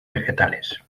vegetales